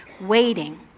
waiting